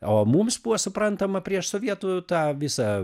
o mums buvo suprantama prieš sovietų tą visą